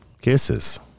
Kisses